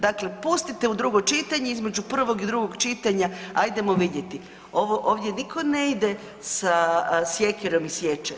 Dakle, pustite u drugo čitanje, između prvog i drugog čitanja ajdemo vidjeti, ovdje niko ne ide sa sjekirom i siječe.